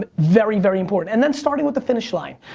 but very, very important. and then starting with the finish line,